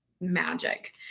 magic